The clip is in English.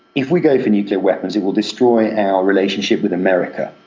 if we go for nuclear weapons it will destroy our relationship with america.